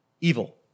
Evil